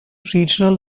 regional